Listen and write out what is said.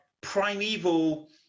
primeval